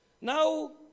Now